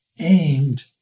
aimed